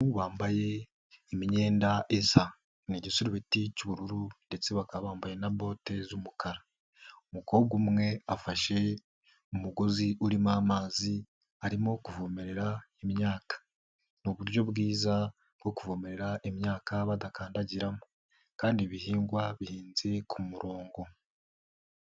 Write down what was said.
Umuhungu wambaye imyenda isa, ni igisurubeti cy'ubururu, ndetse bakaba bambaye na bote z'umukara. Umukobwa umwe afashe umugozi urimo amazi arimo kuvomerera imyaka. Ni uburyo bwiza bwo kuvomerera imyaka badakandagiramo, kandi ibihingwa bihinze ku murongo.